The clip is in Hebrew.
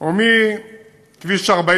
או מכביש 40